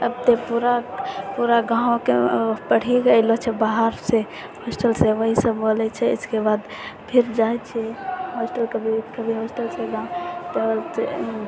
अब तऽ पूरा गाँवके पढ़ि रहलो छै बाहरसँ होस्टलसँ वही सब बोलै छै इसके बाद फिर जाइ छियै हॉस्टल कभी हॉस्टलसँ गाँव तऽ